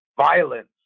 violence